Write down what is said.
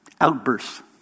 outbursts